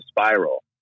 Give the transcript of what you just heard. spiral